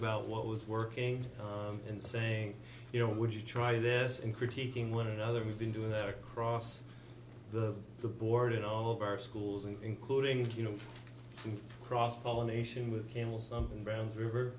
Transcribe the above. about what was working and saying you know would you try this in critiquing one another we've been doing that across the board in all of our schools including you know some cross pollination with camels something brown river